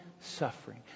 suffering